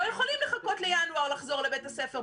הם לא יכולים לחכות לינואר לחזור לבית הספר,